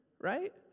right